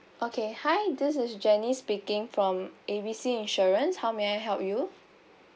okay hi this is janice speaking from A B C insurance how may I help you